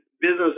business